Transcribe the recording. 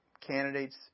candidates